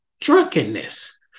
drunkenness